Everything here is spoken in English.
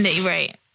Right